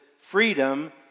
freedom